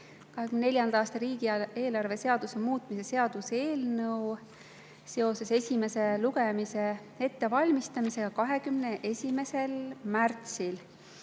2024. aasta riigieelarve seaduse muutmise seaduse eelnõu, seoses esimese lugemise ettevalmistamisega 21. märtsil.